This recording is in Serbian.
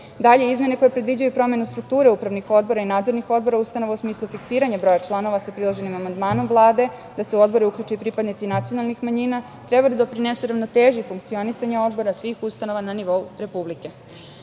izmene koje predviđaju promenu strukture upravnih odbora i nadzornih odbora ustanova u smislu fiksiranja broja članova sa priloženim amandmanom Vlade, da se u odbore uključi i pripadnici nacionalnih manjina, treba da doprinesu ravnoteži funkcionisanja odbora svih ustanova na nivou Republike. Izmene